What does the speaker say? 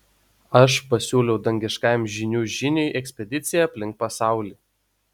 aš pasiūliau dangiškajam žynių žyniui ekspediciją aplink pasaulį